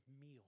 meal